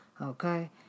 Okay